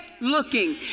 looking